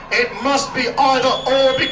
it must be either